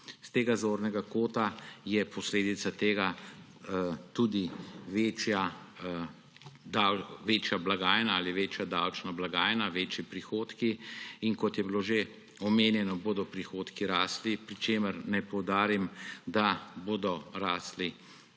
S tega zornega kota je posledica tega tudi večja davčna blagajna, večji prihodki. Kot je bilo že omenjeno, bodo prihodki rasli, pri čemer naj poudarim, da bo rasli